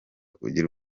kugira